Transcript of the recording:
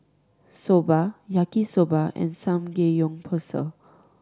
Soba Yaki Soba and Samgeyopsal